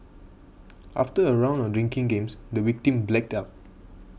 after a round of drinking games the victim blacked out